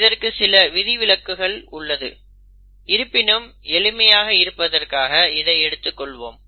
இதற்கு சில விதிவிலக்குகள் உள்ளது இருப்பினும் எளிமையாக இருப்பதற்காக இதை எடுத்துக் கொள்வோம்